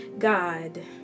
God